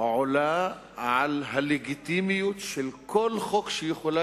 עולה על הלגיטימיות של כל חוק שיכולה